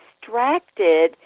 distracted